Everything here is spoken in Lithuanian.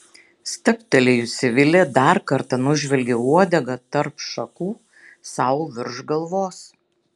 stabtelėjusi vilė dar kartą nužvelgė uodegą tarp šakų sau virš galvos